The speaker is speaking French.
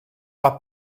pas